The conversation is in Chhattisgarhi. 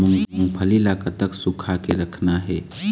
मूंगफली ला कतक सूखा के रखना हे?